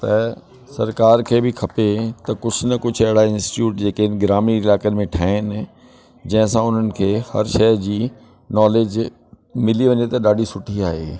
त सरकारु खे बि खपे त कुझु न कुझु जेके अहिड़ा इंस्टिट्यूट जेका आहिनि ग्रामीण इलाइक़नि में ठाहिन जंहिंसां उन्हनि खे हर शइ जी नॉलेज मिली वञे त ॾाढी सुठी आहे